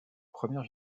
première